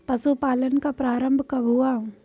पशुपालन का प्रारंभ कब हुआ?